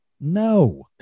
No